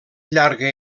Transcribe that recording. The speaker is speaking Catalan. llarga